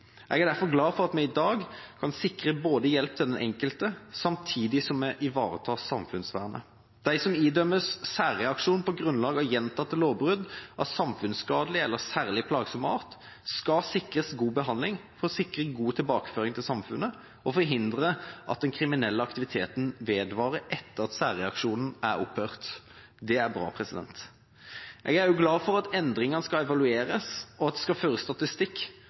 Jeg er derfor glad for at vi i dag kan sikre hjelp til den enkelte, samtidig som vi ivaretar samfunnsvernet. De som idømmes særreaksjon på grunnlag av gjentatte lovbrudd av samfunnsskadelig eller særlig plagsom art, skal sikres god behandling for å sikre god tilbakeføring til samfunnet og forhindre at den kriminelle aktiviteten vedvarer etter at særreaksjonen er opphørt. Det er bra. Jeg er også glad for at endringene skal evalueres, og at det skal føres statistikk,